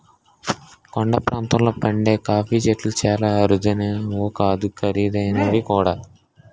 కొండ ప్రాంతాల్లో పండే కాఫీ చెట్లు చాలా అరుదైనవే కాదు ఖరీదైనవి కూడా